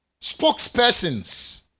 Spokespersons